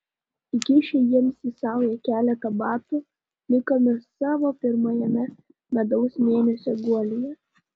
įkišę jiems į saują keletą batų likome savo pirmajame medaus mėnesio guolyje